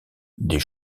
des